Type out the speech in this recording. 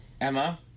Emma